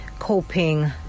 coping